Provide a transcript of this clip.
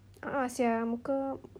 a'ah [sial] muka